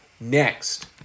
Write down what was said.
Next